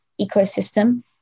ecosystem